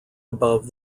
above